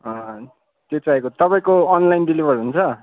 त्यो चाहिएको तपाईँको अनलाइन डेलिभर हुन्छ